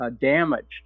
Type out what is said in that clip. damaged